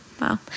Wow